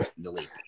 Delete